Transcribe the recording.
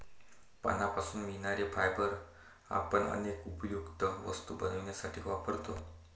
पानांपासून मिळणारे फायबर आपण अनेक उपयुक्त वस्तू बनवण्यासाठी वापरतो